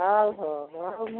ହଉ ହଉ ହଉ